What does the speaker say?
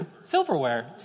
Silverware